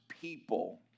people